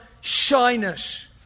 shyness